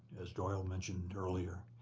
as doyle mentioned earlier.